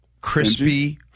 crispy